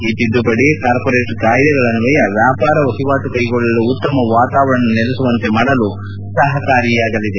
ಈ ತಿದ್ದುಪಡಿ ಕಾರ್ಪೋರೇಟ್ ಕಾಯಿದೆಗಳನ್ವಯ ವ್ಯಾಪಾರ ವಹಿವಾಟು ಕೈಗೊಳ್ಳಲು ಉತ್ತಮ ವಾತಾವರಣ ನೆಲೆಸುವಂತೆ ಮಾಡಲು ಸಹಕಾರಿಯಾಗಲಿದೆ